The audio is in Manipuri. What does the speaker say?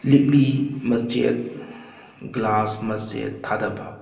ꯂꯤꯛꯂꯤ ꯃꯆꯦꯠ ꯒ꯭ꯂꯥꯁ ꯃꯆꯦꯠ ꯊꯥꯗꯕ